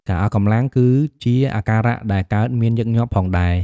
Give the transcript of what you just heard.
ការអស់កម្លាំង គឺជាអាការៈដែលកើតមានញឹកញាប់ផងដែរ។